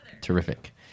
Terrific